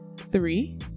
Three